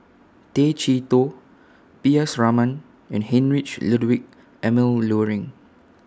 Tay Chee Toh P S Raman and Heinrich Ludwig Emil Luering